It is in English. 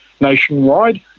nationwide